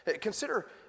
Consider